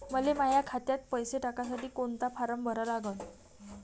मले माह्या खात्यात पैसे टाकासाठी कोंता फारम भरा लागन?